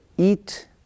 Eat